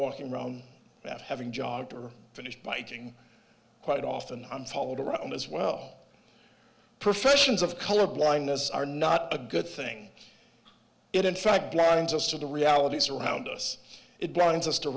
walking around that having jogger finished biking quite often i'm followed around as well professions of color blindness are not a good thing it in fact blinds us to the realities around us it broadens us to